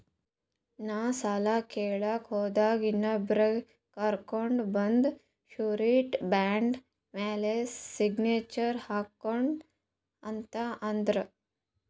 ನಾ ಸಾಲ ಕೇಳಲಾಕ್ ಹೋದಾಗ ಇನ್ನೊಬ್ರಿಗಿ ಕರ್ಕೊಂಡ್ ಬಂದು ಶೂರಿಟಿ ಬಾಂಡ್ ಮ್ಯಾಲ್ ಸಿಗ್ನೇಚರ್ ಹಾಕ್ಸೂ ಅಂತ್ ಅಂದುರ್